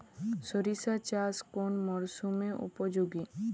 সরিষা চাষ কোন মরশুমে উপযোগী?